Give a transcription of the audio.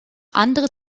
andere